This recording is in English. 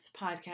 podcast